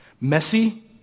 Messy